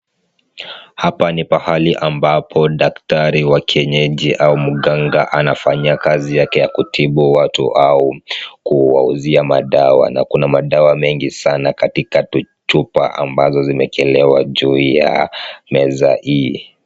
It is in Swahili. Hapa ni pahali ambapo daktari wa kienyeji au mganga anafanya kazi yake ya kutibu watu au kuwauzia madawa, na kuna madawa mengi sana katika tuchupa ambazo zimeekelewa juu ya meza hii.